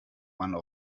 one